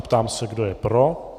Ptám se, kdo je pro.